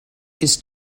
ist